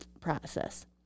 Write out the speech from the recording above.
process